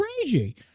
Crazy